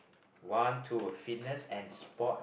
one two fitness and sport